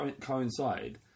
coincide